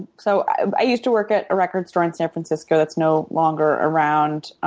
so i used to work at a record store in san francisco that's no longer around,